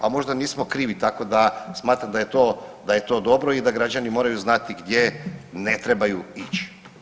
A možda nismo krivi, tako da, smatram da je to dobro i da građani moraju znati gdje ne trebaju ići.